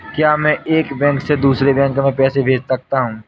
क्या मैं एक बैंक से दूसरे बैंक में पैसे भेज सकता हूँ?